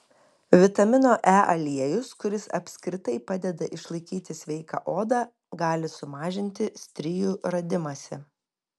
vitamino e aliejus kuris apskritai padeda išlaikyti sveiką odą gali sumažinti strijų radimąsi